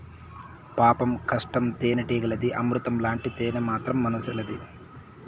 పాపం కష్టం తేనెటీగలది, అమృతం లాంటి తేనె మాత్రం మనుసులది